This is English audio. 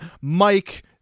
Mike